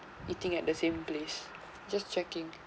eating at the same place just checking